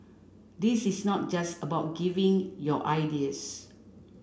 this is not just about giving your ideas